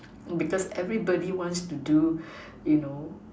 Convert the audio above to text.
because everybody wants to do you know